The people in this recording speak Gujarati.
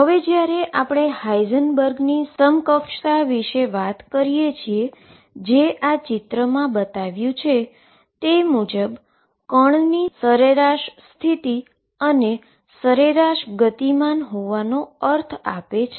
હવે જ્યારે આપણે હાઇઝનબર્ગની ઈક્વીવેલેન્સી વિશે વાત કરીએ જે આ ચિત્રમાં બતાવ્યું છે તે મુજબ પાર્ટીકલની એવરેજ પોઝિશન અને એવરેજ મોમેન્ટમ હોવાનો અર્થ આપે છે